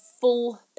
full